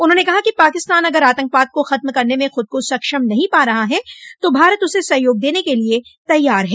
उन्होंने कहा कि पाकिस्तान अगर आतंकवाद को खत्म करने में खूद को सक्षम नहीं पा रहा है तो भारत उसे सहयोग देने के लिये तैयार है